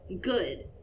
good